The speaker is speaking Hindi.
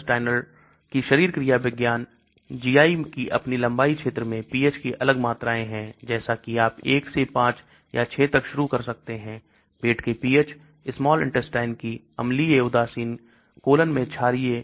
तो gastrointestinal कि शरीर क्रिया विज्ञान GI कि अपनी लंबाई क्षेत्र में pH की अलग मात्राएं हैं जैसा कि आप 1 से 5 या 6 तक शुरू कर सकते हैं पेट के pH small intetine की अम्लीय उदासीन colon में क्षारीय